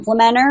implementer